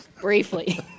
Briefly